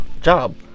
job